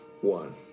One